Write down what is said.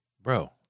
Bro